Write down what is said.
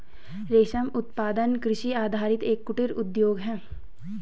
रेशम उत्पादन कृषि आधारित एक कुटीर उद्योग है